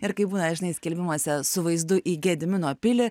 ir kaip būna žinai skelbimuose su vaizdu į gedimino pilį